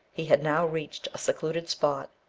he had now reached a secluded spot,